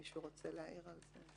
מישהו רוצה להעיר על זה?